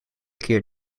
keer